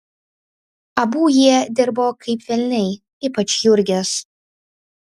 abu jie dirbo kaip velniai ypač jurgis